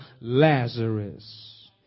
Lazarus